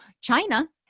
china